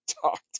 talked